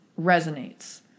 resonates